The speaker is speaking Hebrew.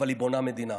אבל היא בונה מדינה.